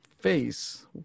face